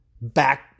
Back